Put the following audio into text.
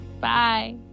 Bye